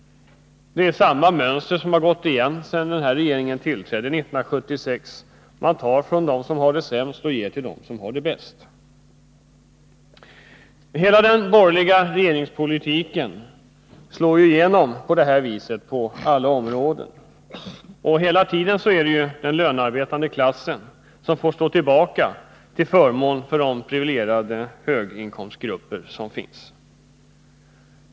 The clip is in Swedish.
Det är samma mönster som har gått igen sedan denna regering tillträdde 1976 — man tar från dem som har det sämst och ger till dem som har det bäst. Hela den borgerliga regeringspolitiken slår igenom på det här viset inom alla områden. Hela tiden är det den lönarbetande klassen som får stå tillbaka för de priviligierade höginkomstgrupper som finns.